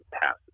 passes